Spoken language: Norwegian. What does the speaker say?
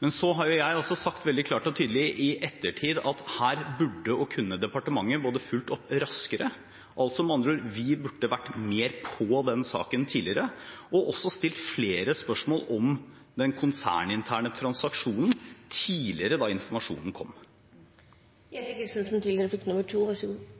Men så har jo jeg også sagt veldig klart og tydelig i ettertid at her burde og kunne departementet både fulgt opp raskere, med andre ord: Vi burde vært mer på den saken tidligere, og stilt flere spørsmål om den konserninterne transaksjonen tidligere, da informasjonen